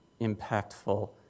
impactful